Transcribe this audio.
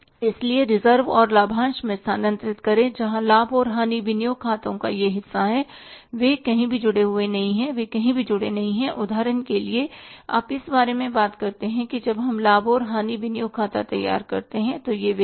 इसलिए रिजर्व और लाभांश में स्थानांतरित करें जहां लाभ और हानि विनियोग खातों का यह हिस्सा है वे कहीं भी जुड़े नहीं हैं वे कहीं भी जुड़े नहीं हैं उदाहरण के लिए आप इस बारे में बात करते हैं कि जब हम लाभ और हानि विनियोग खाता तैयार करते हैं तो यह वही है